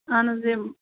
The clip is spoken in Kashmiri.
اہن حظ یِم